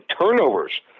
turnovers